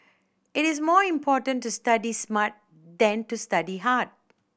it is more important to study smart than to study hard